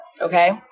Okay